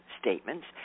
statements